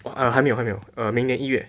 err 还没有还没有 err 明年一月